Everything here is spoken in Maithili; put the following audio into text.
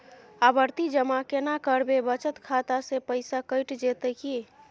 आवर्ति जमा केना करबे बचत खाता से पैसा कैट जेतै की?